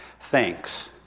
thanks